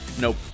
Nope